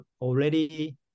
already